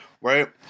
right